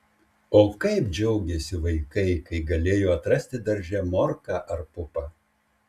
o kaip džiaugėsi vaikai kai galėjo atrasti darže morką ar pupą